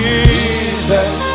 Jesus